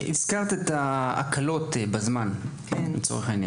הזכרת את ההקלות בזמן הבחינה.